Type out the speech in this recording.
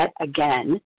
again